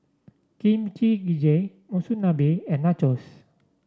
Kimchi Jjigae Monsunabe and Nachos